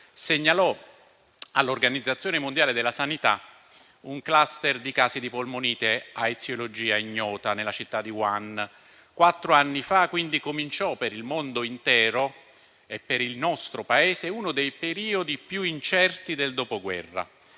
segnalò all'Organizzazione mondiale della sanità un *cluster* di casi di polmonite a eziologia ignota nella città di Wuhan. Quattro anni fa quindi cominciò, per il mondo intero e per il nostro Paese, uno dei periodi più incerti del dopoguerra.